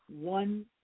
One